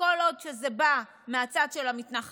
כל עוד זה בא מהצד של המתנחלים,